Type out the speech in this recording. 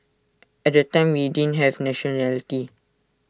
at that time we didn't have nationality